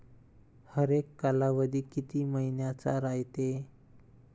हरेक कालावधी किती मइन्याचा रायते?